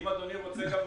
אם אדוני רוצה,